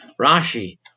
Rashi